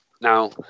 Now